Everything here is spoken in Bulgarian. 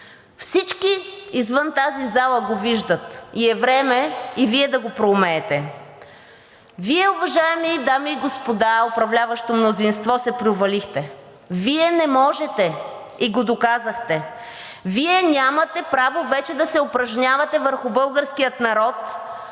Всички извън тази зала го виждат и е време и Вие да го проумеете – Вие, уважаеми дами и господа управляващо мнозинство, се провалихте. Вие не можете и го доказахте, Вие нямате право вече да се упражнявате върху българския народ,